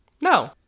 No